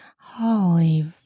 Holy